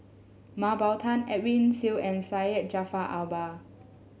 Mah Bow Tan Edwin Siew and Syed Jaafar Albar